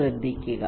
ശ്രദ്ധിക്കുക